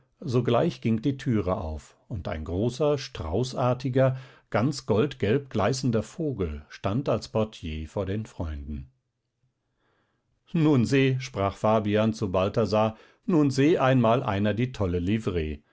sogleich ging die türe auf und ein großer straußartiger ganz goldgelb gleißender vogel stand als portier vor den freunden nun seh sprach fabian zu balthasar nun seh einmal einer die tolle livree